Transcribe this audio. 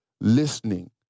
listening